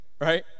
right